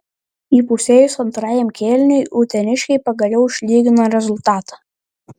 įpusėjus antrajam kėliniui uteniškiai pagaliau išlygino rezultatą